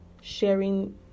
sharing